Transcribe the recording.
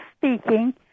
speaking